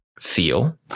feel